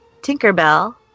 Tinkerbell